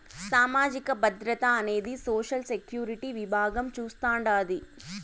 సామాజిక భద్రత అనేది సోషల్ సెక్యూరిటీ విభాగం చూస్తాండాది